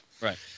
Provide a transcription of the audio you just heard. Right